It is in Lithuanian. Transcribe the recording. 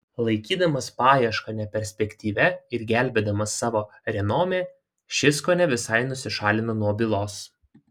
laikydamas paiešką neperspektyvia ir gelbėdamas savo renomė šis kone visai nusišalino nuo bylos